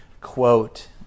quote